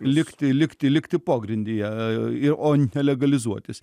likti likti likti pogrindyje ir o ne legalizuotis